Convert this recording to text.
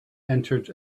entered